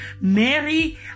Mary